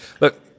look